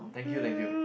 thank you thank you